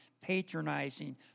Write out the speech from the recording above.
patronizing